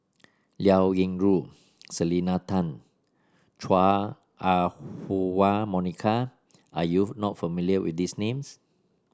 Liao Yingru Selena Tan Chua Ah Huwa Monica are you not familiar with these names